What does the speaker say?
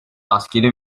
askeri